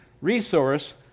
resource